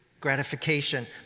gratification